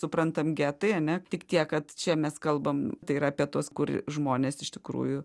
suprantam getai ane tik tiek kad čia mes kalbam tai yra apie tuos kur žmonės iš tikrųjų